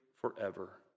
forever